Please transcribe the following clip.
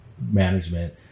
management